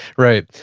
right.